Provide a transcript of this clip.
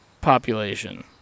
population